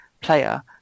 player